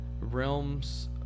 realms